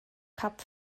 kap